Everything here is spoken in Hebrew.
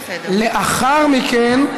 לאחר מכן,